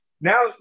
Now